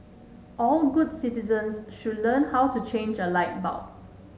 all good citizens should learn how to change a light bulb